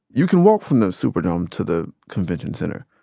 you can walk from the superdome to the convention center.